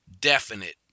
definite